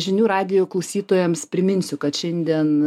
žinių radijo klausytojams priminsiu kad šiandien